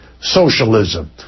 socialism